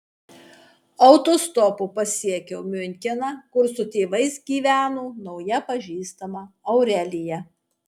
autostopu pasiekiau miuncheną kur su tėvais gyveno nauja pažįstama aurelija